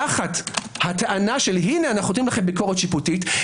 תחת הטענה של הנה אנו נותנים לכם ביקורת שיפוטית,